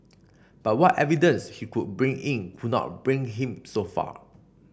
but what evidence he could bring in could not bring him so far